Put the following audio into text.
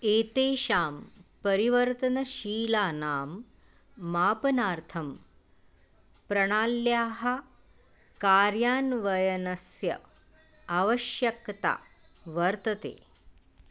एतेषां परिवर्तनशीलानां मापनार्थं प्रणाल्याः कार्यान्वयस्य आवश्यक्ता वर्तते